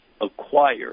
acquire